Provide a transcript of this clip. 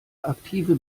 aktive